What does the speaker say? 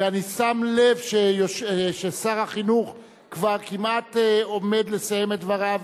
ואני שם לב ששר החינוך כבר כמעט עומד לסיים את דבריו,